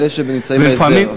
לאלה שנמצאים בהסדר.